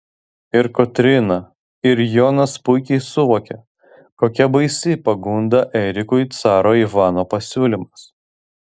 ir kotryna ir jonas puikiai suvokia kokia baisi pagunda erikui caro ivano pasiūlymas